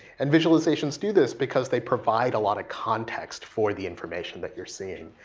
and visualizations do this because they provide a lot of context for the information that you're seeing.